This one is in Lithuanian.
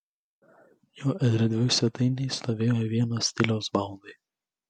jo erdvioj svetainėj stovėjo vienos stiliaus baldai